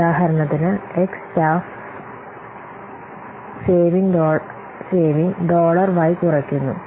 ഉദാഹരണത്തിന് X staff saving dollar y കുറയ്ക്കുന്നു